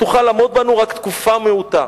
תוכל לעמוד לנו רק תקופה מעוטה.